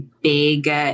big